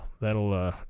that'll